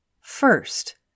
First